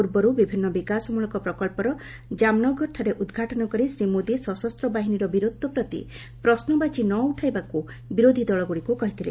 ପୂର୍ବରୁ ବିଭିନ୍ନ ବିକାଶମଳକ ପ୍ରକଳ୍ପର ଜାମନଗରଠାରେ ଉଦ୍ଘାଟନ କରି ଶ୍ରୀ ମୋଦି ସଶସ୍ତ ବାହିନୀର ବୀରତ୍ୱ ପ୍ରତି ପ୍ରଶ୍ନବାଚୀ ନ ଉଠାଇବାକୁ ବିରୋଧୀ ଦଳଗୁଡ଼ିକୁ କହିଥିଲେ